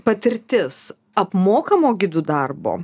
patirtis apmokamo gidų darbo